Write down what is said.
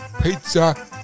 pizza